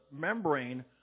membrane